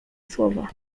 słowa